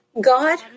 God